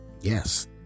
Yes